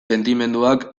sentimenduak